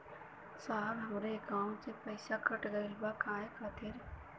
साहब हमरे एकाउंट से पैसाकट गईल बा काहे खातिर?